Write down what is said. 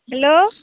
hello